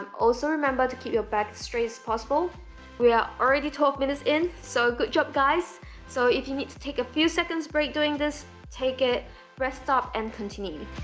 um also, remember to keep your back straight as possible we are already talking twelve minutes in so good job guys so if you need to take a few seconds break doing this take it rest stop and continue